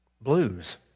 blues